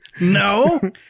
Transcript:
no